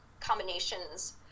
combinations